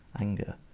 anger